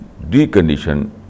decondition